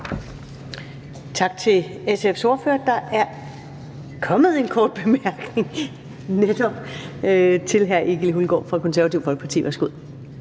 Tak til SF's ordfører. Der er en kort bemærkning til hr. Egil Hulgaard fra Det Konservative Folkeparti. Værsgo.